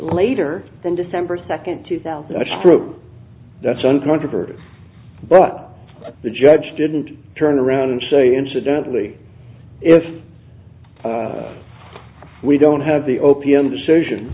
later than december second two thousand true that's uncontroverted but the judge didn't turn around and say incidentally if we don't have the o p m decision